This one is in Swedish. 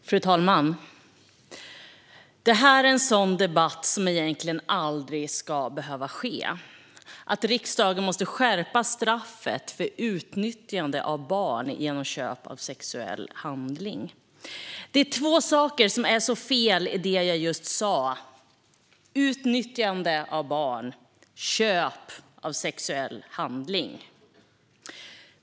Straffrättsliga åtgärder mot utnyttjande av barn genom köp av sexuell handling Fru talman! Det här är en sådan debatt som egentligen aldrig ska behöva ske. Den gäller att riksdagen måste skärpa straffet för utnyttjande av barn genom köp av sexuell handling. Det är två saker som är så fel i det jag just sa: utnyttjande av barn och köp av sexuell handling.